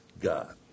God